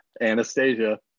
Anastasia